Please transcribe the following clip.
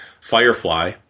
Firefly